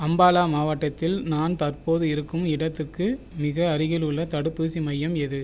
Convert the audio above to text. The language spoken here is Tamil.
அம்பாலா மாவட்டத்தில் நான் தற்போது இருக்கும் இடத்துக்கு மிக அருகில் உள்ள தடுப்பூசி மையம் எது